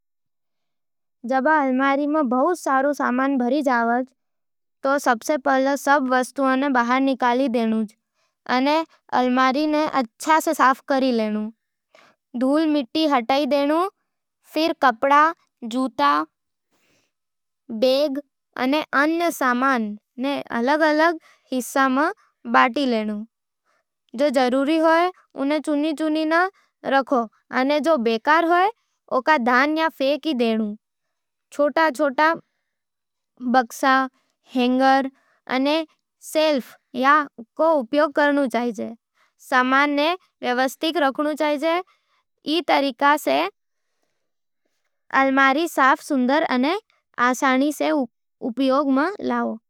जब अलमारी में बहुत सामान भर जावै, तो सबसे पहले सब वस्तुएँ बाहर निकाल देवो अने अलमारी ने अच्छे सै साफ करी लेनू धूल मिटी हटा नू। फेर कपड़ा, जूता, बैग अने अन्य समान ने अलग-अलग हिस्सां में बांट ले नू। जे जरूरी हो, उने चुन-चुन के रखो नू अने जो बेकार हो, उका दान या फेंक देवो। छोटे-छोटे बक्सा, हैंगर अने शेल्फ का उपयोग कर, सामान ने व्यवस्थित रखो। ई तरकीब सै अलमारी साफ, सुंदर अने आसानी सै उपयोग मं आवे।